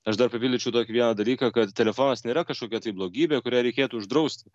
aš dar papildyčiau tokį vieną dalyką kad telefonas nėra kažkokia tai blogybė kurią reikėtų uždrausti